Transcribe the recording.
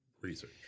Research